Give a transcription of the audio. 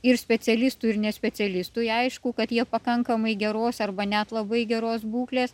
ir specialistų ir ne specialistui aišku kad jie pakankamai geros arba net labai geros būklės